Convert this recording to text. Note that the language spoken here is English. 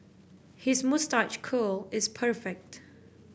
his moustache curl is perfect